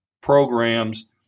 programs